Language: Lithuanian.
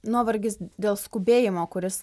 nuovargis dėl skubėjimo kuris